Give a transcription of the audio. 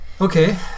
Okay